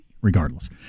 regardless